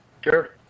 Sure